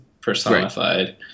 personified